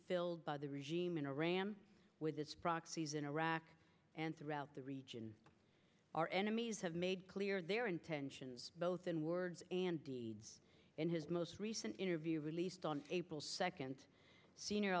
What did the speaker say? filled by the regime in iran with its proxies in iraq and throughout the region our enemies have made clear their intentions both in words and deeds in his most recent interview released on april second senior